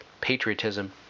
patriotism